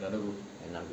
another group